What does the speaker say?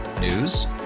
News